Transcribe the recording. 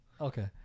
Okay